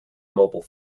mobile